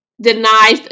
denied